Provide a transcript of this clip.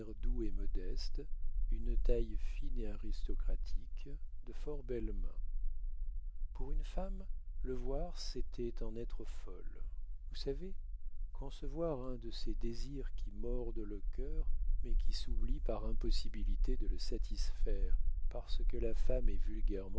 doux et modeste une taille fine et aristocratique de fort belles mains pour une femme le voir c'était en être folle vous savez concevoir un de ces désirs qui mordent le cœur mais qui s'oublient par impossibilité de le satisfaire parce que la femme est vulgairement